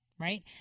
right